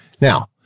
Now